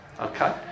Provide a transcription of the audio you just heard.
okay